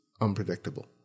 unpredictable